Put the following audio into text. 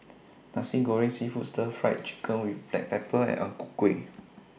Nasi Goreng Seafood Stir Fried Chicken with Black Pepper and Ang Ku Kueh